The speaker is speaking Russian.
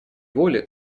воли